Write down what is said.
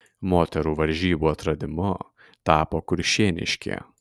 moterų varžybų atradimu tapo kuršėniškė